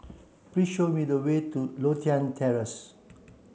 please show me the way to Lothian Terrace